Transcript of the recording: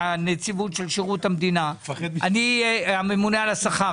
מהממונה על השכר,